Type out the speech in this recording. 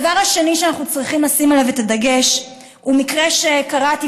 הדבר השני שאנחנו צריכים לשים עליו את הדגש הוא מקרה שקראתי,